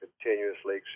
continuously